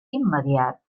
immediat